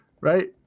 right